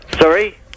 Sorry